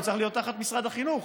הוא צריך להיות תחת משרד החינוך.